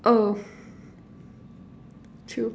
oh true